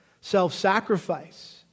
self-sacrifice